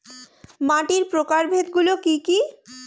মাটির প্রকারভেদ গুলো কি কী?